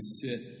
sit